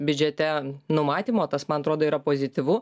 biudžete numatymo tas man atrodo yra pozityvu